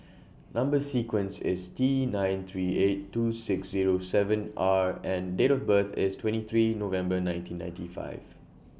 Number sequence IS T nine three eight two six Zero seven R and Date of birth IS twenty three November nineteen ninety five